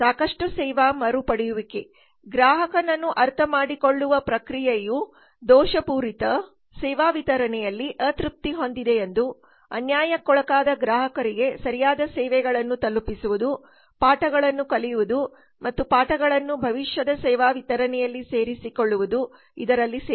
ಸಾಕಷ್ಟು ಸೇವಾ ಮರುಪಡೆಯುವಿಕೆ ಗ್ರಾಹಕನನ್ನು ಅರ್ಥಮಾಡಿಕೊಳ್ಳುವ ಪ್ರಕ್ರಿಯೆಯು ದೋಷಪೂರಿತ ಸೇವಾ ವಿತರಣೆಯಲ್ಲಿ ಅತೃಪ್ತಿ ಹೊಂದಿದೆಯೆಂದು ಅನ್ಯಾಯಕ್ಕೊಳಗಾದ ಗ್ರಾಹಕರಿಗೆ ಸರಿಯಾದ ಸೇವೆಗಳನ್ನು ತಲುಪಿಸುವುದು ಪಾಠಗಳನ್ನು ಕಲಿಯುವುದು ಮತ್ತು ಪಾಠಗಳನ್ನು ಭವಿಷ್ಯದ ಸೇವಾ ವಿತರಣೆಯಲ್ಲಿ ಸೇರಿಸಿಕೊಳ್ಳುವುದು ಇದರಲ್ಲಿ ಸೇರಿದೆ